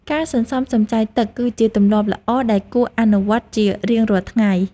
ការសន្សំសំចៃទឹកគឺជាទម្លាប់ល្អដែលគួរអនុវត្តជារៀងរាល់ថ្ងៃ។